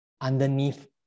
underneath